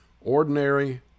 Ordinary